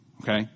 okay